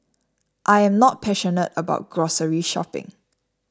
I am not passionate about grocery shopping